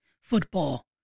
football